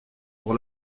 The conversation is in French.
pour